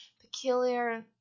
peculiar